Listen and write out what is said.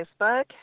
Facebook